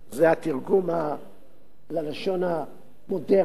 זה התרגום ללשון המודרנית,